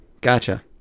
Gotcha